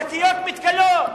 שקיות מתכלות,